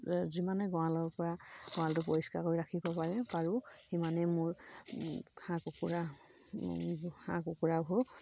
যিমানে গঁৰালৰপৰা গঁৰালটো পৰিষ্কাৰ কৰি ৰাখিব পাৰে পাৰোঁ সিমানেই মোৰ হাঁহ কুকুৰা হাঁহ কুকুৰাবোৰ